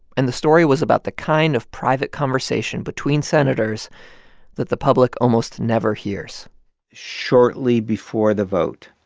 and the story was about the kind of private conversation between senators that the public almost never hears shortly before the vote,